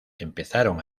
empezaron